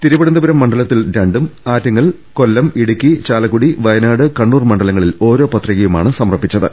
തിരുവനന്തപുരം മണ്ഡലത്തിൽ രണ്ടും ആറ്റിങ്ങൽ കൊല്ലം ഇടുക്കി ചാലക്കുടി വയനാട് കണ്ണൂർ മണ്ഡല ങ്ങളിൽ ഓരോ പത്രികയുമാണ് സമർപ്പിച്ചത്